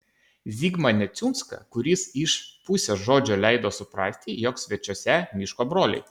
zigmą neciunską kuris iš pusės žodžio leido suprasti jog svečiuose miško broliai